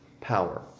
power